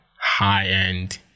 high-end